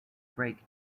break